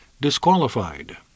disqualified